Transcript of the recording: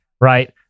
right